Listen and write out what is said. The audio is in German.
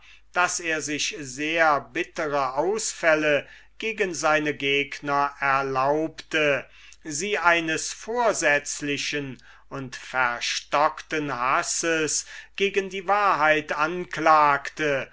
daß er in sehr bittere sarkasmen gegen seine gegner ausbrach sie eines vorsetzlichen und verstockten hasses gegen die wahrheit anklagte